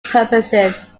purposes